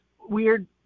weird